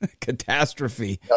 catastrophe